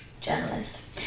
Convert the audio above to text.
journalist